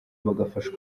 bagafasha